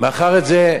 מאיפה הבאת את זה?